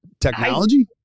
technology